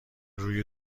روی